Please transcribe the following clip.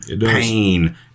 pain